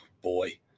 boy